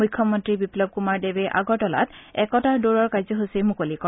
মুখ্যমন্ত্ৰী বিপ্লৱ কুমাৰ দেৱে আগৰতলাত একতাৰ দৌৰৰ কাৰ্যসূচী মুকলি কৰে